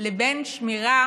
לבין שמירה